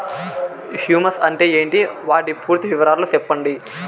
Humus అంటే ఏంటి? వాటి పూర్తి వివరాలు సెప్పండి?